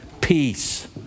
peace